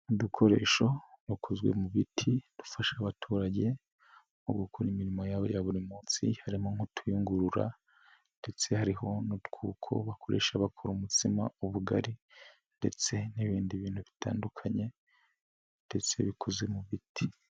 Udukoresho dukozwe mu biti, dufasha abaturage nko gukora imirimo yawe ya buri munsi, harimo nk'utuyungurura ndetse hariho n'utwuko bakoresha bakora umutsima, ubugari ndetse n'ibindi bintu bitandukanye ndetse bikoze mu biti.